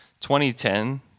2010